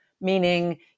meaning